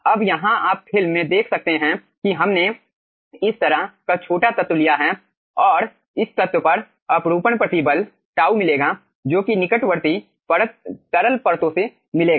अब यहां आप फिल्म में देख सकते हैं कि हमने इस तरह का छोटा तत्व लिया है और इस तत्व पर अपरूपण प्रतिबल τ मिलेगा जो कि निकटवर्ती तरल परतों से मिलेगा